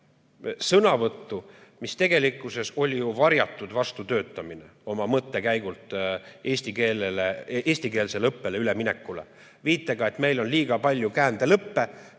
sõnavõttu, mis tegelikkuses oli ju varjatud vastutöötamine oma mõttekäigult eestikeelsele õppele üleminekule, viitega, et meil on liiga palju käändelõppe,